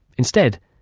instead,